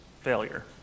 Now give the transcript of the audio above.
failure